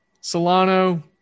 Solano